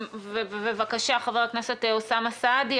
בבקשה, חבר הכנסת אוסאמה סעדי.